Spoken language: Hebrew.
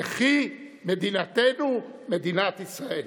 תחי מדינתנו, מדינת ישראל.